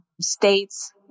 states